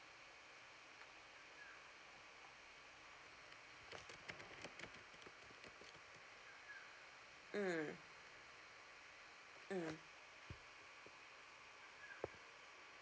mm mm